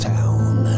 Town